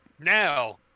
Now